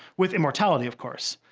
with immortality of course.